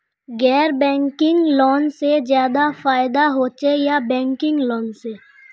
गैर banking loan से ज्यादा फायदा होचे या बैंकिंग लोन से?